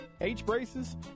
H-braces